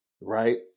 right